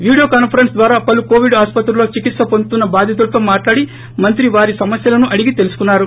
video conference ద్వారా పలు Covid ఆసుపత్రుల్లో చికిత్స వొందుతున్న బాధితులతో మాట్లాడి మంత్రి వారి సమస్యలను అడిగి తెలుసుకున్నారు